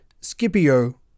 Scipio